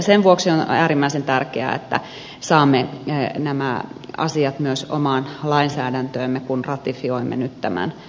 sen vuoksi on äärimmäisen tärkeää että saamme nämä asiat myös omaan lainsäädäntöömme kun ratifioimme nyt tämän sopimuksen